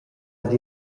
dad